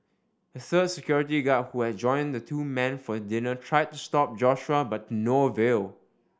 a third security guard who had joined the two men for dinner tried to stop Joshua but no avail